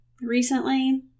recently